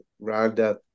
Rhonda